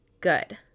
good